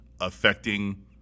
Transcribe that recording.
affecting